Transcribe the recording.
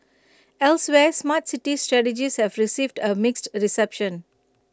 elsewhere Smart City strategies have received A mixed A reception